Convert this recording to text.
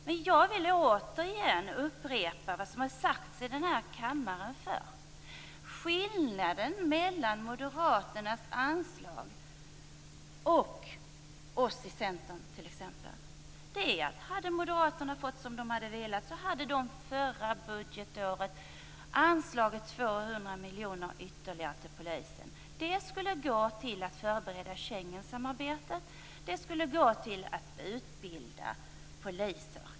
Men jag vill återigen upprepa vad som tidigare sagts i denna kammare: Skillnaden mellan Moderaternas anslag och t.ex. Centerpartiets är att Moderaterna, om de hade fått som de ville, förra budgetåret skulle ha anslagit 200 miljoner kronor ytterligare till polisen. De pengarna skulle gå till att förbereda Schengensamarbetet och till att utbilda poliser.